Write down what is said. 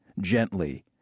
gently